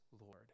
Lord